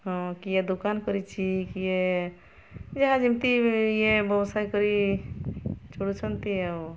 ହଁ କିଏ ଦୋକାନ କରିଛି କିଏ ଯାହା ଯେମିତି ଇଏ ବ୍ୟବସାୟ କରି ଚଳୁଛନ୍ତି ଆଉ